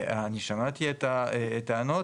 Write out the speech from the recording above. אני שמעתי את הטענות,